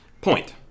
Point